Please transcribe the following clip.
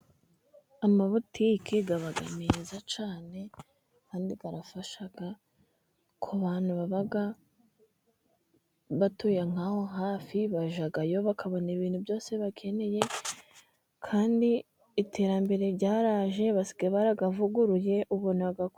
Amabuti aba meza cyane. Kandi arafasha ku bantu baba batuye nk'aho hafi bajyayo bakabona ibintu byose bakeneye. Kandi iterambere ryaraje ,basigaye barayavuguruye, ubona ko...